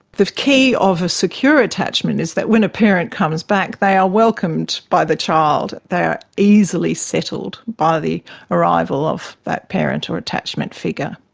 the key of a secure attachment is that when a parent comes back they are welcomed by the child, they are easily settled by the arrival of that parent or attachment figure,